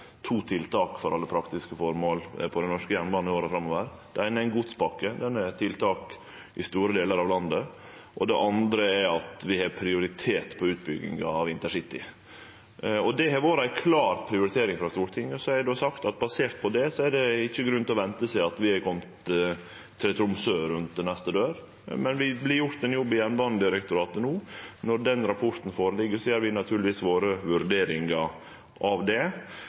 for alle praktiske føremål skjer innanfor to tiltak. Det eine er ei godspakke. Det er eit tiltak i store delar av landet. Det andre er at vi har prioritet på utbygginga av intercity. Det har vore ei klar prioritering frå Stortinget si side. Så har eg sagt at basert på det er det ikkje grunn til å vente til vi er komne til Tromsø, rundt neste dør. Det vert gjort ein jobb i Jernbanedirektoratet no. Når den rapporten ligg føre, gjer vi naturlegvis våre vurderingar av det.